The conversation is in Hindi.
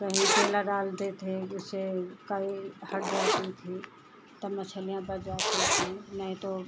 कभी केला डालते थे उससे काई हट जाती थी तब मछलियाँ बच जाती थीं नहीं तो